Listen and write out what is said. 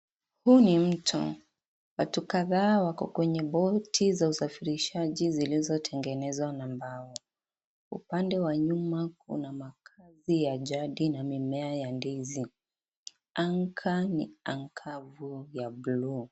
Huu ni mto, watu kadhaa wako kwenye boti za usafirishaji zilizotengenezwa na mbao, upande wa nyuma kuna makazi ya jadi na mimea ya ndizi, anka ni ankavu ya bluu .